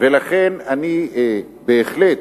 ולכן בהחלט,